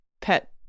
pet